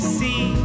see